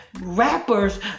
rappers